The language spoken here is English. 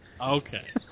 Okay